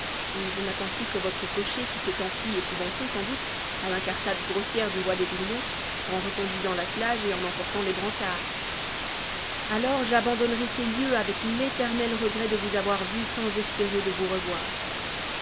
et je n'attends plus que votre cocher qui s'est enfui épouvanté sans doute à l'incartade grossière du roi des grillons en reconduisant l'attelage et en emportant les brancards alors j'abandonnerai ces lieux avec l'éternel regret de vous avoir vue sans espérer de vous revoir